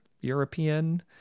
European